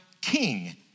king